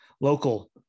local